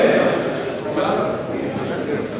בגלל הצבועים,